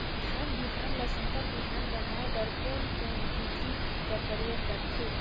धान बिहान ल संकर बिहान बनाय बर कोन कोन बिधी कर प्रयोग करथे?